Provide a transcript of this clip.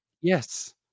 Yes